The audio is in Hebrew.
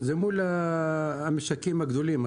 זה מול המשקים הגדולים,